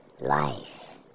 life